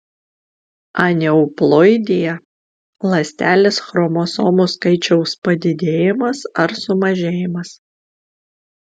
aneuploidija ląstelės chromosomų skaičiaus padidėjimas ar sumažėjimas